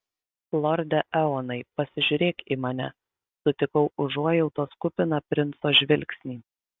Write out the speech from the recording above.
lorde eonai pasižiūrėk į mane sutikau užuojautos kupiną princo žvilgsnį